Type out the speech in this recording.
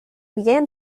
began